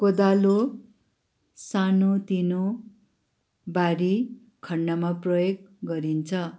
कोदालो सानोतिनो बारी खन्नमा प्रयोग गरिन्छ